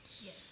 Yes